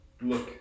look